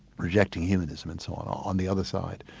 rejecting humanism and so on, on the other side.